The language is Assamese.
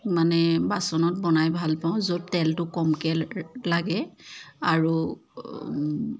মানে বাচনত বনাই ভাল পাওঁ য'ত তেলটো কমকৈ ল লাগে আৰু